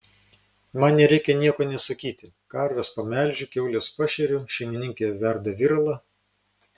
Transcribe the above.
man nereikia nieko nė sakyti karves pamelžiu kiaules pašeriu šeimininkė verda viralą